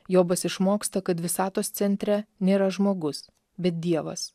jobas išmoksta kad visatos centre nėra žmogus bet dievas